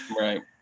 Right